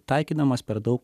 taikydamas per daug